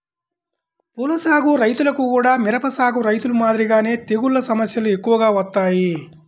పూల సాగు రైతులకు గూడా మిరప సాగు రైతులు మాదిరిగానే తెగుల్ల సమస్యలు ఎక్కువగా వత్తాయి